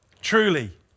Truly